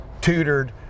tutored